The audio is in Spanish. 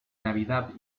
navidad